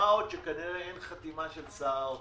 מה עוד שכנראה אין חתימה של שר האוצר.